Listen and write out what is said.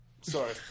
Sorry